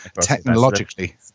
technologically